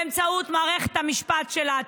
באמצעות מערכת המשפט שלה,